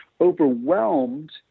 overwhelmed